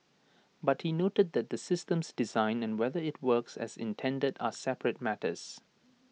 but he noted that the system's design and whether IT works as intended are separate matters